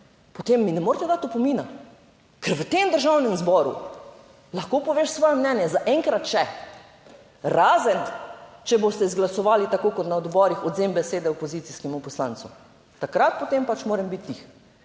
potem mi ne morete dati opomina, ker v tem Državnem zboru lahko poveš svoje mnenje, zaenkrat še. Razen če boste izglasovali, tako kot na odborih, odvzem besede opozicijskemu poslancu, takrat potem pač moram biti tiho.